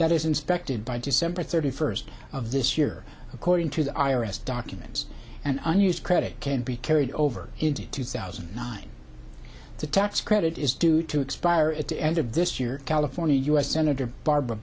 that is inspected by december thirty first of this year according to the i r s documents and unused credit can be carried over into two thousand and nine the tax credit is due to expire at the end of this year california u s senator barbara